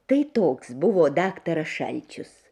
tai toks buvo daktaras šalčius